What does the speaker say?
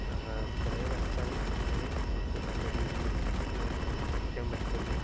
കുറേ വരച്ചാൽ തന്നെയേ നമുക്ക് നല്ല രീതിയിൽ പഠിക്കാൻ പറ്റുകയുള്ളൂ